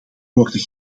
worden